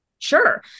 Sure